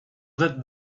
that